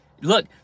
Look